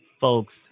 folks